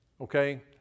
okay